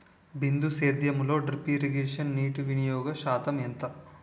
బిందు సేద్యంలో drip irrigation నీటివినియోగ శాతం ఎంత?